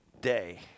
day